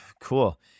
Cool